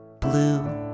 blue